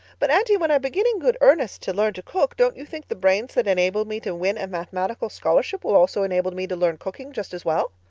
but, aunty, when i begin in good earnest to learn to cook don't you think the brains that enable me to win a mathematical scholarship will also enable me to learn cooking just as well?